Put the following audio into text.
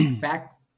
back